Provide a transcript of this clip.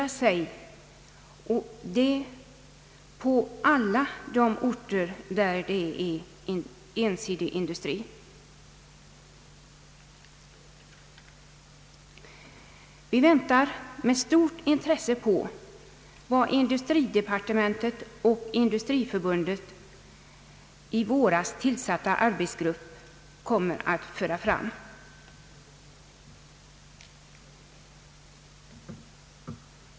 Detta gäller på alla orter med ensidig industri. Vi väntar med stort intresse på vad den av industridepartementet och Industriförbundet i våras tillsatta arbetsgruppen kommer att föra fram.